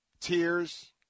tears